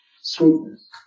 sweetness